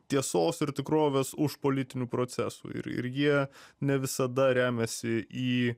tiesos ir tikrovės už politinių procesų ir ir jie ne visada remiasi į